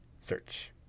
Search